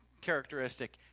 characteristic